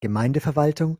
gemeindeverwaltung